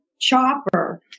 chopper